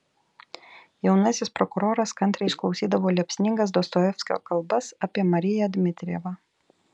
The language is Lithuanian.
jaunasis prokuroras kantriai išklausydavo liepsningas dostojevskio kalbas apie mariją dmitrijevą